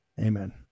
Amen